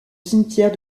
cimetière